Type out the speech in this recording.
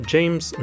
James